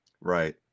Right